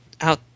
out